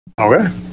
Okay